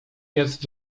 jest